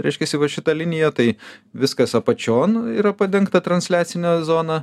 reiškiasi va šita linija tai viskas apačion yra padengta transliacine zona